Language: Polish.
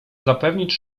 zapewnić